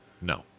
No